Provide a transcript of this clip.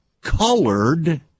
colored